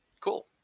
Cool